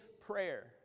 prayer